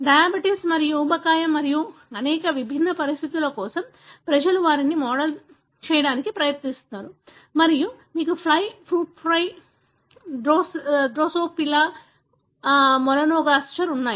diabetes మరియు ఊబకాయం మరియు అనేక విభిన్న పరిస్థితుల కోసం ప్రజలు వారిని మోడల్ చేయడానికి ప్రయత్నిస్తున్నారు మరియు మీకు fly fruit fly drosophila melanogaster ఉన్నాయి